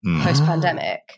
post-pandemic